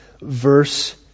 verse